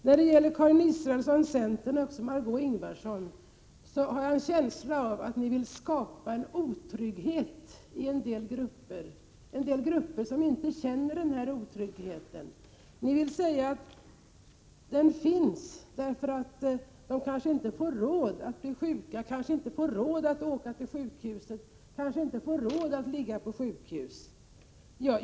När det gäller Karin Israelsson och Margö Ingvardsson har jag en känsla av att de vill skapa otrygghet inom en del grupper, där man inte känner otrygghet. De vill säga att otryggheten finns, eftersom människor kanske inte skulle få råd att åka till sjukhus och att ligga på sjukhus.